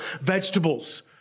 vegetables